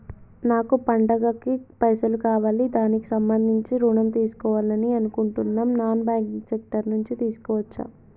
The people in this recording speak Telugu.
నాకు పండగ కి పైసలు కావాలి దానికి సంబంధించి ఋణం తీసుకోవాలని అనుకుంటున్నం నాన్ బ్యాంకింగ్ సెక్టార్ నుంచి తీసుకోవచ్చా?